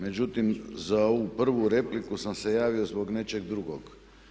Međutim, za ovu prvu repliku sam se javio zbog nečeg drugog.